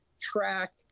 track